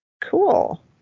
Cool